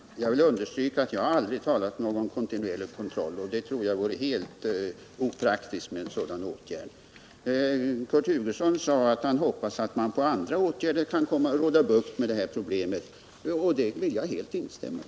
Herr talman! Jag vill understryka att jag aldrig talat om kontinuerlig kontroll. Jag tror dessutom det vore opraktiskt att vidta en sådan åtgärd. Kurt Hugosson sade att han hoppades att man med andra åtgärder skall kunna få bukt med problemet. Det vill jag helt instämma i.